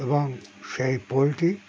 এবং সেই পোলট্রি